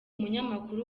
umunyamakuru